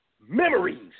memories